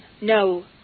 no